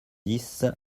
dix